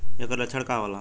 ऐकर लक्षण का होला?